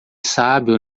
sábio